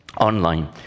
online